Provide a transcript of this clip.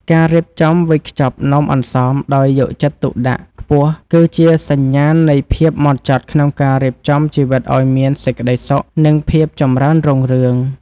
ការរៀបចំវេចខ្ចប់នំអន្សមដោយយកចិត្តទុកដាក់ខ្ពស់គឺជាសញ្ញាណនៃភាពហ្មត់ចត់ក្នុងការរៀបចំជីវិតឱ្យមានសេចក្ដីសុខ និង ភាពចម្រើនរុងរឿង។